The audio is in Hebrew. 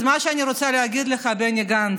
אז מה שאני רוצה להגיד לך, בני גנץ,